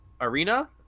Arena